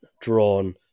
drawn